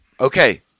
Okay